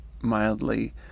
mildly